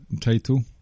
title